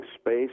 space